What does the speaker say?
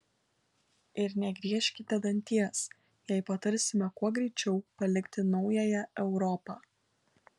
ir negriežkite danties jei patarsime kuo greičiau palikti naująją europą